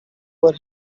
were